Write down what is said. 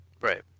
Right